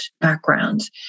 backgrounds